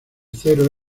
cero